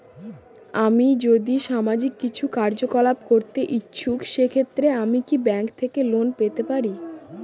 আমি যদি সামাজিক কিছু কার্যকলাপ করতে ইচ্ছুক সেক্ষেত্রে আমি কি ব্যাংক থেকে লোন পেতে পারি?